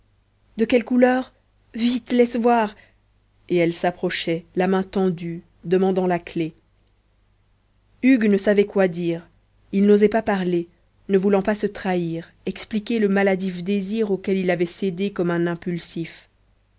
de quelle couleur vite laisse voir et elle s'approchait la main tendue demandant la clé hugues ne savait quoi dire il n'osait pas parler ne voulant pas se trahir expliquer le maladif désir auquel il avait cédé comme un impulsif